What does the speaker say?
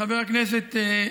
חבר הכנסת גנאים,